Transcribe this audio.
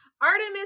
Artemis